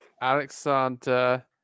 Alexander